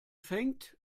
fängt